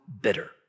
bitter